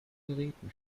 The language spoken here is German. geräten